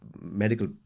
medical